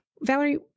Valerie